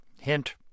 Hint